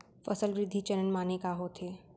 फसल वृद्धि चरण माने का होथे?